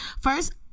first